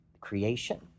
creation